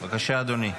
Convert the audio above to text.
בבקשה, אדוני.